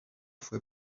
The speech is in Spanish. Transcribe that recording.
fue